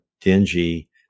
Dingy